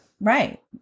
Right